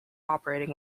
operating